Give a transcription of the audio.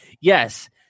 Yes